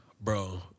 bro